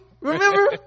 Remember